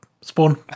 spawn